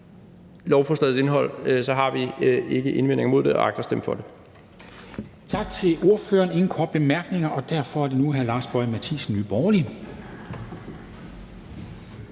lovforslagets indhold, har vi ikke invendinger imod det og agter at stemme for det.